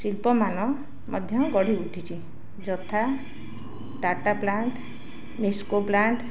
ଶିଳ୍ପମାନ ମଧ୍ୟ ଗଢ଼ି ଉଠିଛି ଯଥା ଟାଟା ପ୍ଲାଣ୍ଟ୍ ମିସ୍କୋ ପ୍ଲାଣ୍ଟ୍